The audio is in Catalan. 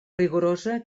rigorosa